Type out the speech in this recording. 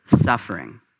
suffering